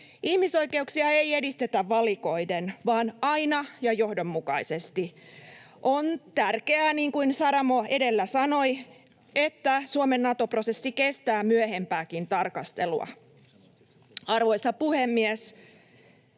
Ihmisoikeuksia ei edistetä valikoiden vaan aina ja johdonmukaisesti. On tärkeää, niin kuin Saramo edellä sanoi, että Suomen Nato-prosessi kestää myöhempääkin tarkastelua. Arvoisa puhemies!